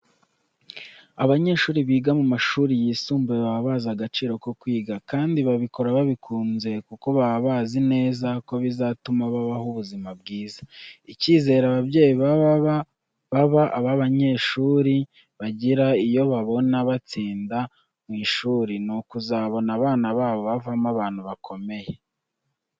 Abanyeshuri biga mu mashuri yisumbuye baba bazi agaciro ko kwiga kandi babikora babikunze kuko baba bazi neza ko bizatuma babaho ubuzima bwiza. Icyizere ababyeyi baba banyeshuri bagira iyo babona batsinda mu ishuri, ni ukuzabona abana babo bavamo abantu bakomeye.